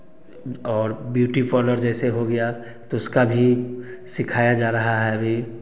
और beauty parlour जैसे हो गया तो उसका भी सिखाया जा रहा है अभी